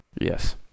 Yes